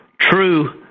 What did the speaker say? true